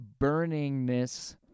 burningness